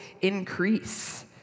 increase